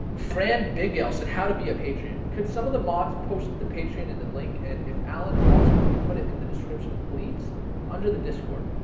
fran big l said how to be a patreon could some of the mods post the patreon in the link and if alan is watching could you put it in the description pleats under the discord?